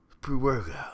pre-workout